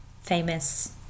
famous